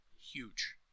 Huge